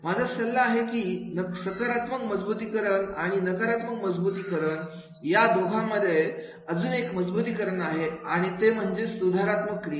माझा सल्ला आहे की सकरात्मक मजबुतीकरण आणि नकारात्मक मजबुतीकरण या दोघांमध्ये अजून एक मजबुतीकरण आहे आणि ते म्हणजे सुधारात्मक क्रिया